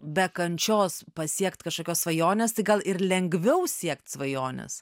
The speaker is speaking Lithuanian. be kančios pasiekt kažkokios svajonės tai gal ir lengviau siekt svajonės